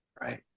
Right